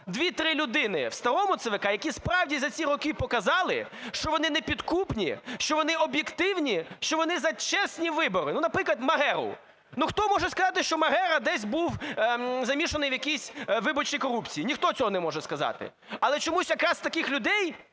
дві-три людини в старій ЦВК, які справді за ці роки показали, що вони непідкупні, що вони об'єктивні, що вони за чесні вибори? Ну, наприклад, Магеру? Ну, хто може сказати, що Магера десь був замішаний, в якійсь виборчій корупції? Ніхто цього не може сказати. Але чомусь якраз таких людей,